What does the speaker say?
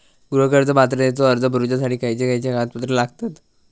गृह कर्ज पात्रतेचो अर्ज भरुच्यासाठी खयचे खयचे कागदपत्र लागतत?